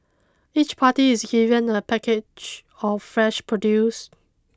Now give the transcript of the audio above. each party is given a package of fresh produce